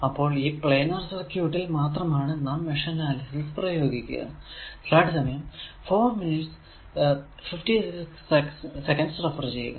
അപ്പോൾ ഈ പ്ലാനാർ സർക്യൂട്ടിൽ മാത്രമാണ് നാം മെഷ് അനാലിസിസ് പ്രയോഗിക്കുക